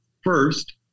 First